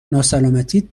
ناسلامتی